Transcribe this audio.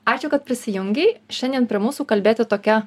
ačiū kad prisijungei šiandien prie mūsų kalbėti tokia